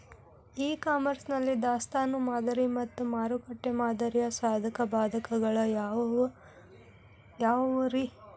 E commerce ನಲ್ಲಿ ದಾಸ್ತಾನು ಮಾದರಿ ಮತ್ತ ಮಾರುಕಟ್ಟೆ ಮಾದರಿಯ ಸಾಧಕ ಬಾಧಕಗಳ ಯಾವವುರೇ?